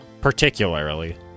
particularly